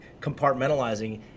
compartmentalizing